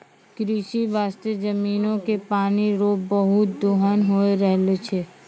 कृषि बास्ते जमीनो के पानी रो बहुते दोहन होय रहलो छै